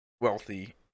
wealthy